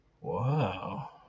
Wow